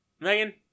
Megan